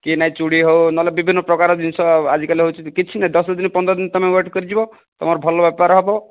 କି ନାହିଁ ଚୁଡ଼ି ହଉ ନହେଲେ ବିଭିନ୍ନ ପ୍ରକାର ଜିନିଷ ଆଜି କାଲି ହେଉଛି କିଛି ନାହିଁ ଦଶଦିନି ପନ୍ଦର ଦିନ ତମେ ୱେଟ୍ କରିଯିବ ତମର ଭଲ ବେପାର ହେବ